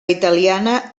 italiana